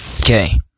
Okay